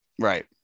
Right